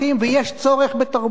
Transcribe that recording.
ויש צורך בתרבות,